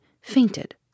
fainted